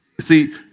See